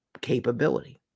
capability